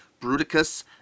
Bruticus